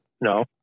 no